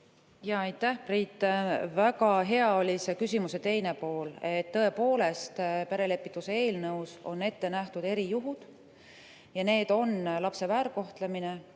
Aitäh, Priit! Väga hea oli see küsimuse teine pool. Tõepoolest, perelepitusseaduse eelnõus on ette nähtud erijuhud, need on lapse väärkohtlemine,